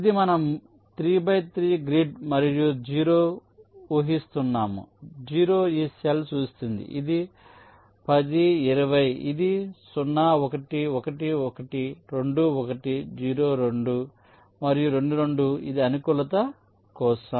ఇది మన మూడు బై మూడు గ్రిడ్ మనము 0 ఊహిస్తున్నాము 0 ఈ సెల్ సూచిస్తుంది ఇది 10 20 ఇది 01 11 21 02 మరియు 22 ఇది అనుకూలత కోసం